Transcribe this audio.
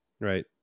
right